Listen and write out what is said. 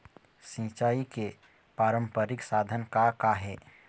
सिचाई के पारंपरिक साधन का का हे?